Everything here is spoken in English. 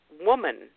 woman